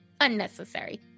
Unnecessary